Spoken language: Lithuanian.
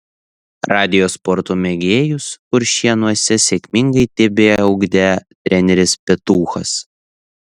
radijo sporto mėgėjus kuršėnuose sėkmingai tebeugdė treneris petuchas